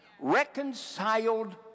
Reconciled